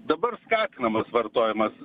dabar skatinamas vartojimas